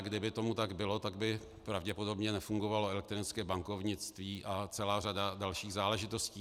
A kdyby tomu tak bylo, tak by pravděpodobně nefungovalo elektronické bankovnictví a celá řada dalších záležitostí.